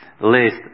list